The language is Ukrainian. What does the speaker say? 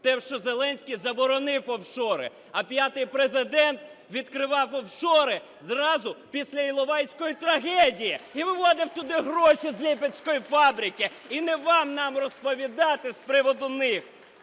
тому, що Зеленський заборонив офшори, а п'ятий Президент відкривав офшори зразу після Іловайської трагедії і виводив туди гроші з Липецької фабрики. І не вам нам розповідати з приводу них,